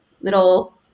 little